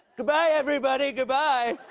goodbye, everybody. goodbye.